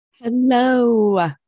Hello